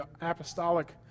apostolic